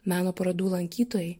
meno parodų lankytojai